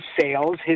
sales